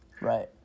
right